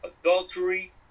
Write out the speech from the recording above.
adultery